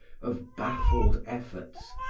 of baffled efforts,